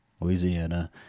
Louisiana